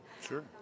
Sure